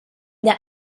der